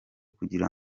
kugira